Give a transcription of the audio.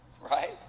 Right